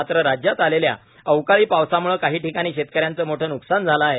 मात्र राज्यात आलेल्या अवकाळी पावसामुळं काही ठिकाणी शेतकऱ्यांचं मोठं न्कसान झालं आहे